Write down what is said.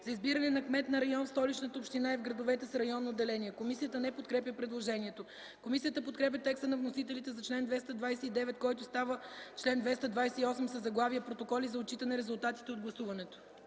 за избиране на кмет на район в Столичната община и в градовете с районно деление.” Комисията не подкрепя предложението. Комисията подкрепя текста на вносителите за чл. 229, който става чл. 228 със заглавие „Протоколи за отчитане резултатите от гласуването”.